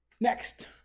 Next